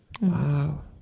Wow